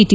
T